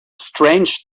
strange